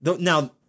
Now